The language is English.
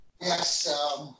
Yes